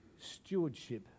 stewardship